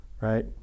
Right